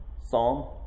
Psalm